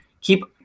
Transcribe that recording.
keep